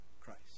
Christ